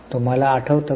तुम्हाला आठवते का